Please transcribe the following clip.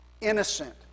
innocent